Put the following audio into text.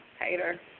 hater